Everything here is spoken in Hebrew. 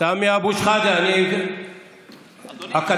מסתבר שהמילה דילוג היא לא כל